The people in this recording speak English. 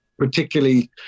particularly